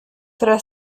która